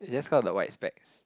is just called the white specs